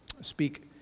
Speak